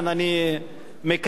אני מקבל,